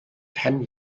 ten